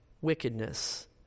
wickedness